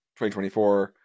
2024